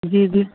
जी जी